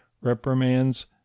reprimands